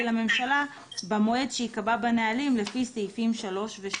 לממשלה במועד שייקבע בנהלים לפי סעיפים 3 ו-8.".